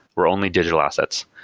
we're only digital assets.